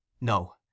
No